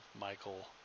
Michael